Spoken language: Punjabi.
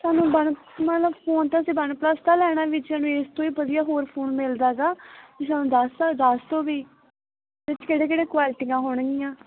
ਸਾਨੂੰ ਵਨ ਮਤਲਬ ਫੋਨ ਤਾਂ ਅਸੀਂ ਵਨ ਪਲਸ ਦਾ ਲੈਣਾ ਵੀ ਜੇ ਸਾਨੂੰ ਇਸ ਤੋਂ ਵੀ ਵਧੀਆ ਹੋਰ ਫੋਨ ਮਿਲਦਾ ਹੈਗਾ ਵੀ ਸਾਨੂੰ ਦੱਸਤਾ ਦੱਸ ਦਿਉ ਵੀ ਇਹ 'ਚ ਕਿਹੜੇ ਕਿਹੜੇ ਕੁਆਲਿਟੀਆਂ ਹੋਣਗੀਆਂ